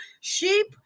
sheep